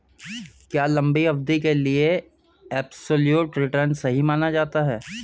क्या लंबी अवधि के लिए एबसोल्यूट रिटर्न सही माना जाता है?